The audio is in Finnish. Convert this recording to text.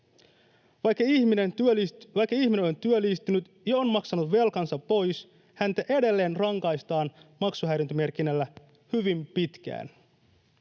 Vaikka ihminen on työllistynyt ja maksanut velkansa pois, häntä edelleen rangaistaan maksuhäiriömerkinnällä hyvin pitkään.